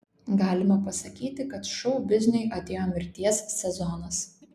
galima pasakyti kad šou bizniui atėjo mirties sezonas